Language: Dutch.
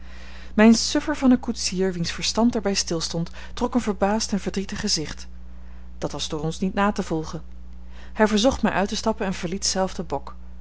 mijn suffer van een koetsier wiens verstand er bij stilstond trok een verbaasd en verdrietig gezicht dat was door ons niet na te volgen hij verzocht mij uit te stappen en verliet zelf den bok